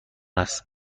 است